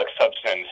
substance